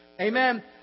Amen